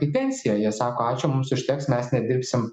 į pensiją jie sakoačiū mums užteks mes nedirbsim